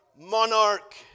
monarch